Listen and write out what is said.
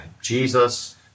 Jesus